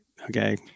Okay